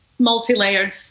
multi-layered